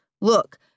Look